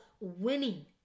winning